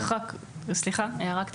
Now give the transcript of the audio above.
סליחה, הערה קטנה.